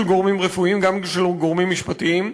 גורמים רפואיים וגם של גורמים משפטיים,